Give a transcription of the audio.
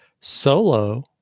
solo